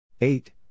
Eight